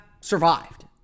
survived